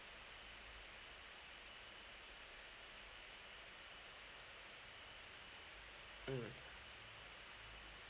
mm